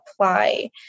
apply